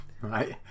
right